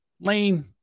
Lane